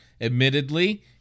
Admittedly